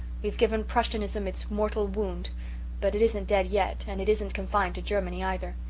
we've given prussianism its mortal wound but it isn't dead yet and it isn't confined to germany either.